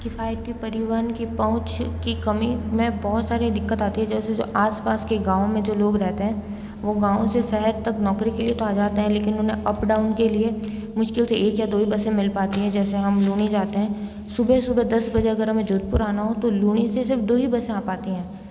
किफ़ायत के परिवहन की पहुँच की कमी में बहुत सारी दिक्कत आती है जैसे जो आस पास के गाँव में जो लोग रहते हैं वो गाँव से शहर तक नौकरी के लिए तो आ जाते हैं लेकिन उन्हें अप डाउन के लिए मुश्किल से एक या दो ही बसें मिल पाती हैं जैसे हम लूनी जाते हैं सुबह सुबह दस बजे अगर हमें जोधपुर आना हो तो लूनी से सिर्फ दो ही बसें आ पाती हैं